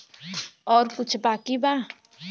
और कुछ बाकी बा?